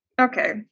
Okay